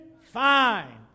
fine